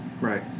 Right